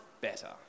better